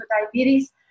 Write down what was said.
diabetes